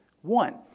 One